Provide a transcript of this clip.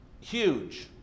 huge